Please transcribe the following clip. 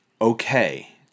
okay